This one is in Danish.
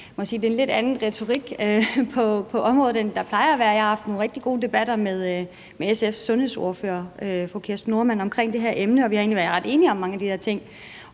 det er en lidt anden retorik på området, end der plejer at være. Jeg har haft nogle rigtig gode debatter med SF's sundhedsordfører, fru Kirsten Normann Andersen, omkring det her emne, og vi har egentlig været ret enige om mange af de her ting;